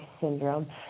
syndrome